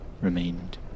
remained